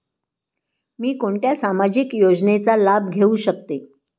मी कोणत्या सामाजिक योजनेचा लाभ घेऊ शकते?